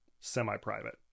semi-private